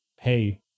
Hey